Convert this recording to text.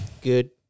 good